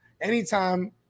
anytime